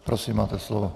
Prosím, máte slovo.